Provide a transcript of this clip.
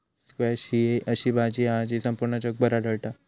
squash ही अशी भाजी हा जी संपूर्ण जगभर आढळता